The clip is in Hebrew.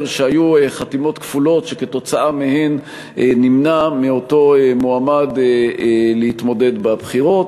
שהיו חתימות כפולות וכתוצאה מהן נמנע מאותו מועמד להתמודד בבחירות.